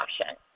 option